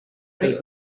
great